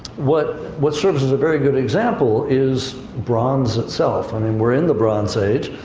what, what serves as a very good example is bronze itself. i mean, we're in the bronze age,